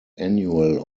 annual